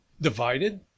divided